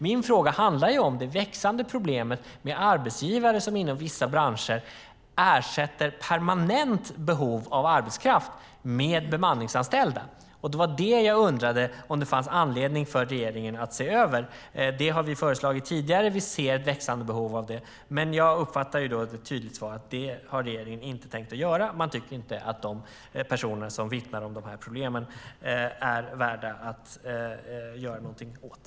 Min interpellation handlar om det växande problemet med arbetsgivare som inom vissa branscher ersätter permanent behov av arbetskraft med bemanningsanställda. Det var det jag undrade om det finns anledning för regeringen att se över. Det har vi föreslagit tidigare. Vi ser ett växande behov av det. Men jag uppfattar det som ett tydligt svar att regeringen inte har tänkt göra det. Regeringen tycker inte att de problem som dessa personer vittnar om är värda att göra någonting åt.